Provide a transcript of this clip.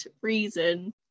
reason